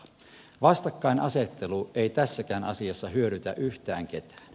vastakkainasettelu ei tässäkään asiassa hyödytä yhtään ketään